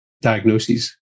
diagnoses